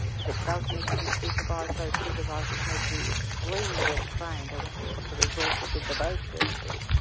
if it does need to be supervised those supervisors need to be extremely well trained, and we haven't put the resources into those services.